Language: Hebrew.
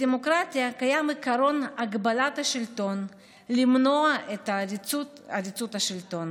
בדמוקרטיה קיים עקרון הגבלת השלטון כדי למנוע את עריצות השלטון